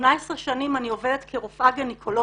18 שנים אני עובדת כרופאה גינקולוגית,